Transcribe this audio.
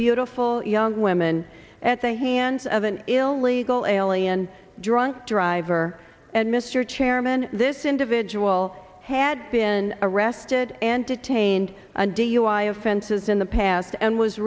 beautiful young women at the hands of an illegal alien drunk driver and mr chairman this individual had been arrested and detained and dui offenses in the past and was